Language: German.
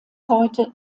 heute